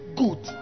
good